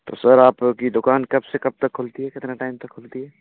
तो सर आपकी दुकान कब से कब तक खुलती है कितने टाइम तक खुलती है